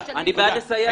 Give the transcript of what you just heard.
אני בעד לסייע להם.